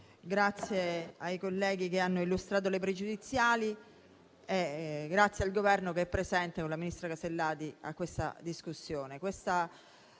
grazie ai colleghi che hanno illustrato le pregiudiziali e grazie al Governo che è presente, con la ministra Casellati, in questa discussione.